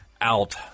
out